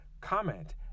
Comment